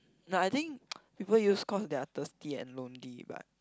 no I think people use cause they are thirsty and lonely but